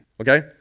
Okay